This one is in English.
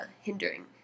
hindering